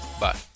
Bye